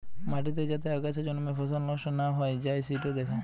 মাটিতে যাতে আগাছা জন্মে ফসল নষ্ট না হৈ যাই সিটো দ্যাখা